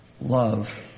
love